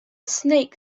snake